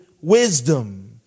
wisdom